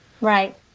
Right